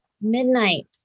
Midnight